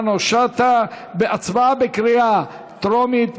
התשע"ח 2018, לוועדת הכספים נתקבלה.